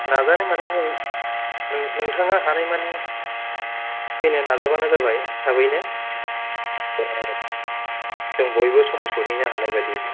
नाजानाय माने नों नोंथाङा हानाय मानि फैनो नाजाबानो जाबाय थाबैनो जों बयबो समाव सहैनो हानाय बादि